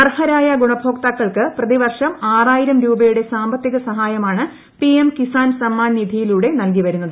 അർഹരായ ഗുണഭോക്താക്കൾക്ക് പ്രപ്തിവർഷം ആറായിരം രൂപയുടെ സാമ്പത്തിക സഹായമാണ് പിഎം കിസാൻ സമ്മാൻ നിധിയിലൂടെ നൽകി വരുന്നത്